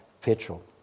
petrol